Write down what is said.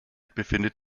befindet